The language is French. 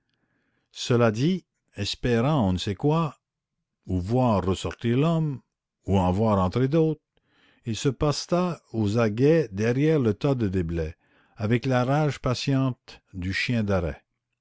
cela dit espérant on ne sait quoi ou voir ressortir l'homme ou en voir entrer d'autres il se posta aux aguets derrière le tas de déblais avec la rage patiente du chien d'arrêt